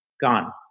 gone